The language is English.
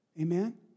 Amen